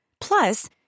Plus